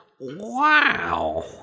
Wow